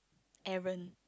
Aaron